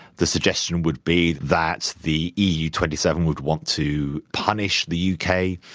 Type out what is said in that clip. the suggestion would be that the eu twenty seven would want to punish the u k.